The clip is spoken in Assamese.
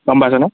গম পাইছা ন